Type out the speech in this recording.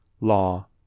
law